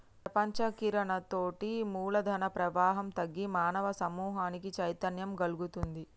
ప్రపంచీకరణతోటి మూలధన ప్రవాహం తగ్గి మానవ సమూహానికి చైతన్యం గల్గుతుంది